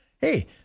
Hey